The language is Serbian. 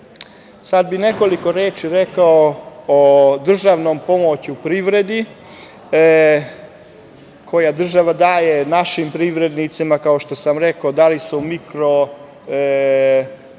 bih nekoliko reči rekao o državnoj pomoći privredi koja država daje naših privrednicima, kao što sam rekao, da li su mikro,